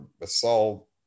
assault